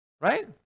right